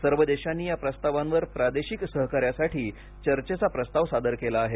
सर्व देशांनी या प्रस्तावांवर प्रादेशिक सहकार्यासाठी चर्चैचा प्रस्ताव सादर केला आहे